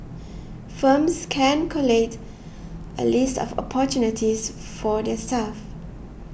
firms can collate a list of opportunities for their staff